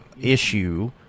issue